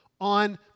on